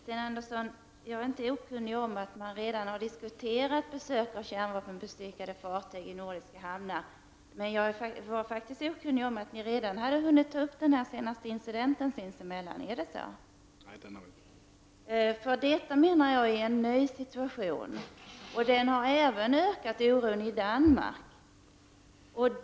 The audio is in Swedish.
Herr talman! Jag är inte okunnig om att ni redan har diskuterat besök av kärnvapenbestyckade fartyg i nordiska hamnar, men jag är faktisk okunnig om att ni sinsemellan hunnit ta upp den senaste incidenten. Är det så? Jag menar att detta är en ny situation som har ökat oron även i Danmark.